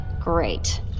Great